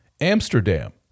Amsterdam